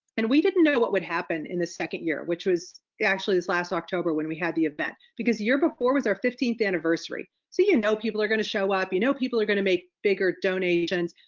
and we didn't know what would happen in the second year, which was actually this last october when we had the event, because the year before was our fifteenth anniversary. so you and know, people are gonna show up, you know people are gonna make bigger donations.